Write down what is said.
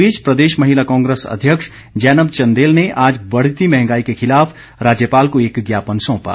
इस बीच प्रदेश महिला कांग्रेस अध्यक्ष जैनब चंदेल ने आज बढ़ती महंगाई के खिलाफ राज्यपाल को एक ज्ञापन सौंपा